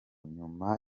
nyuma